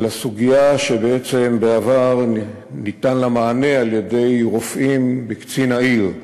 אלא סוגיה שבעצם בעבר ניתן לה מענה על-ידי רופאים בקצין העיר.